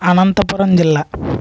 అనంతపురం జిల్లా